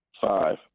Five